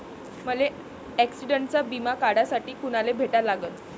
मले ॲक्सिडंटचा बिमा काढासाठी कुनाले भेटा लागन?